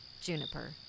Juniper